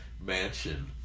mansion